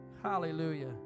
hallelujah